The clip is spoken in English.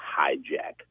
hijack